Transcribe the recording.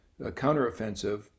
counteroffensive